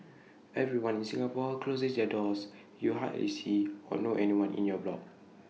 everyone in Singapore closes their doors you hardly see or know anyone in your block